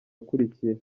akurikira